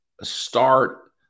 start